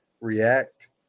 react